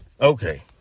Okay